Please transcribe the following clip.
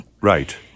Right